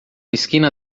esquina